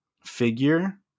figure